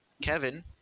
Kevin